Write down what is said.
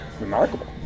remarkable